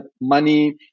money